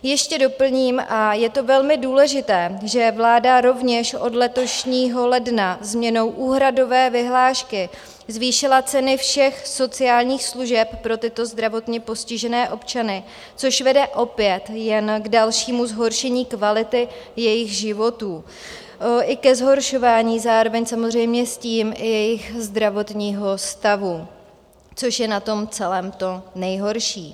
Ještě doplním, a je to velmi důležité, že vláda rovněž od letošního ledna změnou úhradové vyhlášky zvýšila ceny všech sociálních služeb pro tyto zdravotně postižené občany, což vede opět jen k dalšímu zhoršení kvality jejich životů i ke zhoršování, zároveň samozřejmě s tím, i jejich zdravotního stavu, což je na tom celém to nejhorší.